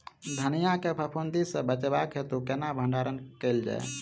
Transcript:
धनिया केँ फफूंदी सऽ बचेबाक हेतु केना भण्डारण कैल जाए?